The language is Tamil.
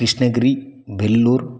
கிருஷ்ணகிரி வெல்லூர்